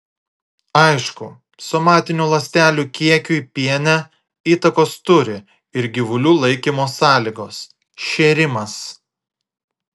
aišku somatinių ląstelių kiekiui piene įtakos turi ir gyvulių laikymo sąlygos šėrimas